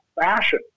fashion